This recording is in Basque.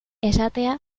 esatea